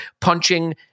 punching